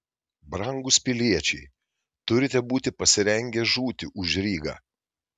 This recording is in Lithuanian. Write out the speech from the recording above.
brangūs piliečiai turite būti pasirengę žūti už rygą